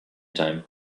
time